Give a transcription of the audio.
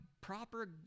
proper